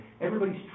Everybody's